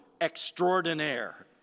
extraordinaire